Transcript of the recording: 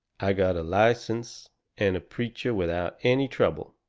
i got a license and a preacher without any trouble,